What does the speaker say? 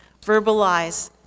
verbalize